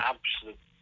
Absolute